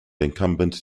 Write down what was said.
incumbent